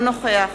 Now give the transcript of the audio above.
אינו נוכח